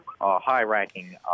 high-ranking